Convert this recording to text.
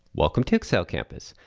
welcome to excel campus.